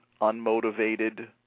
unmotivated